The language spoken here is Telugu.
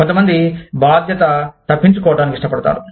కొంతమంది బాధ్యత తప్పించుకోవటానికి ఇష్టపడతారు